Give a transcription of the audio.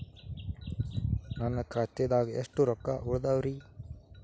ನನ್ನ ಖಾತೆದಾಗ ಎಷ್ಟ ರೊಕ್ಕಾ ಉಳದಾವ್ರಿ?